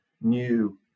new